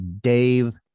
Dave